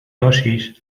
dosis